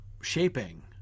shaping